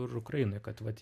ir ukrainoj kad vat